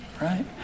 right